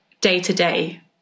day-to-day